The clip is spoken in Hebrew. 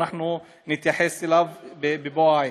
ואנחנו נתייחס אליו בבוא העת.